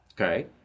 Okay